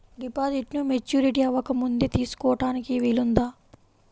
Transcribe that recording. డిపాజిట్ను మెచ్యూరిటీ అవ్వకముందే తీసుకోటానికి వీలుందా?